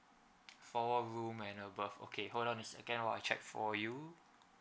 four room and above okay hold on a second while I check for you